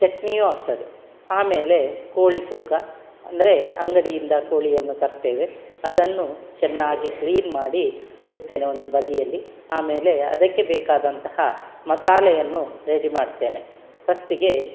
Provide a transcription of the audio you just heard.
ಚಟ್ನಿಯು ಆಗ್ತದೆ ಆಮೇಲೆ ಕೋಳಿ ಸುಕ್ಕ ಅಂದರೆ ಅಂಗಡಿಯಿಂದ ಕೋಳಿಯನ್ನು ತರ್ತೇವೆ ಅದನ್ನು ಚೆನ್ನಾಗಿ ಕ್ಲೀನ್ ಮಾಡಿ ಇಡ್ತೇನೆ ಒಂದು ಬದಿಯಲ್ಲಿ ಆಮೇಲೆ ಅದಕ್ಕೆ ಬೇಕಾದಂತಹ ಮಸಾಲೆಯನ್ನು ರೆಡಿ ಮಾಡ್ತೇನೆ ಫಸ್ಟಿಗೆ